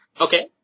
Okay